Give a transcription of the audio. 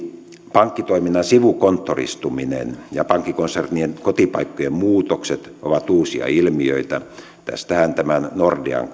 pankkitoiminnan sivukonttoristuminen ja pankkikonsernien kotipaikkojen muutokset ovat uusia ilmiöitä tästähän nordean